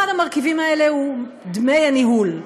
אחד המרכיבים האלה הוא דמי הניהול: